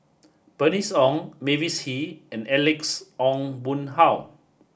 Bernice Ong Mavis Hee and Alex Ong Boon Hau